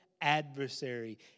adversary